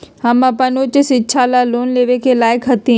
हम अपन उच्च शिक्षा ला लोन लेवे के लायक हती?